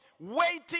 waiting